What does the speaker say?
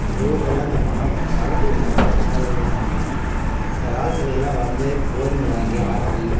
எங்க ஊரில் எல்லாம் இந்த மரபு உணவு உணவுகளுன்னாங்க அந்த காலத்திலலாம் வந்து கோதுமை வாங்கி ஆட்டி